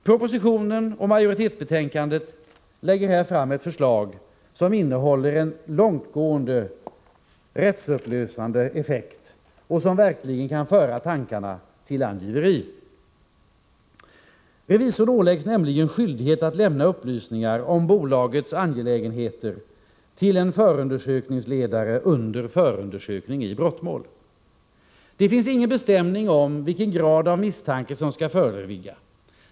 Propositionen och majoriteten i utskottet lägger här fram ett förslag som innehåller en långtgående rättsupplösande effekt och som verkligen kan föra tankarna till angiveri. Revisor åläggs nämligen skyldighet att lämna upplysningar om bolagets angelägenheter till en förundersökningsledare vid förundersökning i brottmål. Det finns ingen bestämning om vilken grad av misstanke som skall föreligga.